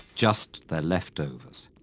just their leftovers.